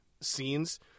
scenes